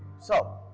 so,